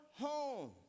home